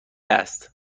است